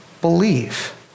believe